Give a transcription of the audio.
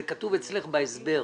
זה כתוב אצלך בהסבר.